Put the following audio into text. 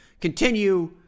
continue